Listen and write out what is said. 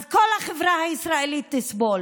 אז כל החברה הישראלית תסבול